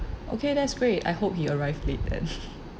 okay that's great I hope he arrive late then